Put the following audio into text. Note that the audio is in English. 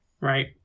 right